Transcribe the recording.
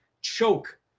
choke